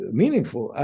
meaningful